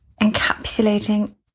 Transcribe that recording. encapsulating